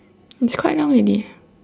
it's quite long already